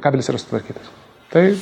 kabelis yra sutvarkytas tai